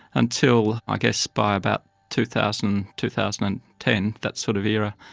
until i guess by about two thousand, two thousand and ten, that sort of era,